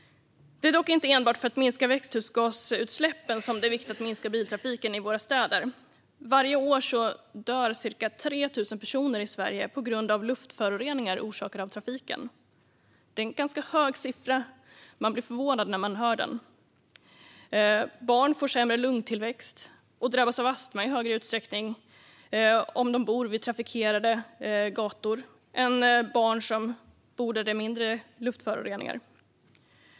Det är dock inte enbart för att minska växthusgasutsläppen som det är viktigt att minska biltrafiken i våra städer. Varje år dör ca 3 000 personer i Sverige på grund av luftföroreningar orsakade av trafiken. Det är en ganska hög siffra. Man blir förvånad när man hör den. Barn får sämre lungtillväxt och drabbas av astma i högre utsträckning om de bor vid trafikerade gator än barn som bor där det är mindre luftföroreningar.